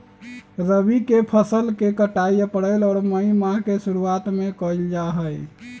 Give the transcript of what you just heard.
रबी के फसल के कटाई अप्रैल और मई माह के शुरुआत में कइल जा हई